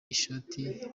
ishoti